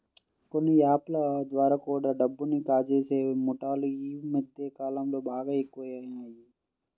కొన్ని యాప్ ల ద్వారా కూడా డబ్బుని కాజేసే ముఠాలు యీ మద్దె కాలంలో బాగా ఎక్కువయినియ్